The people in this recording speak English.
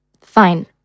Fine